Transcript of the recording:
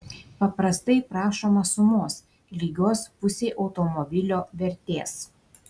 paprastai prašoma sumos lygios pusei automobilio vertės